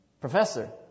professor